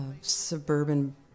suburban